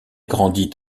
grandit